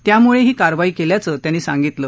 त्यामुळे ही कारवाई केल्याचं त्यांनी सांगितलं